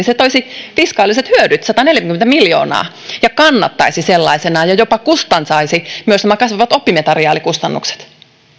se toisi fiskaaliset hyödyt sataneljäkymmentä miljoonaa ja kannattaisi sellaisenaan ja jopa kustantaisi myös nämä kasvavat oppimateriaalikustannukset